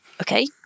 Okay